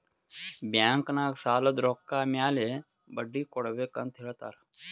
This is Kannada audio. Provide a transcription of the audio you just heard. ಬ್ಯಾಂಕ್ ನಾಗ್ ಸಾಲದ್ ರೊಕ್ಕ ಮ್ಯಾಲ ಬಡ್ಡಿ ಕೊಡ್ಬೇಕ್ ಅಂತ್ ಹೇಳ್ತಾರ್